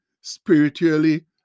spiritually